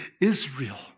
Israel